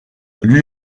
lui